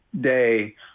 day